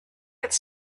could